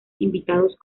invitados